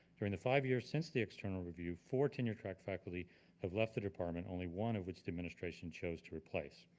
during the five years since the external review, four tenure track faculty have left the department, only one of which administration chose to replace.